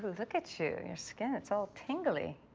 look at you, your skin, it's all tingly.